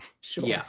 Sure